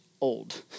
old